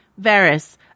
Varys